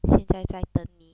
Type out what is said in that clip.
现在在等你